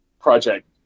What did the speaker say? project